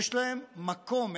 יש להם מקום,